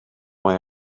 mae